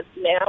now